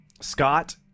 Scott